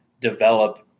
develop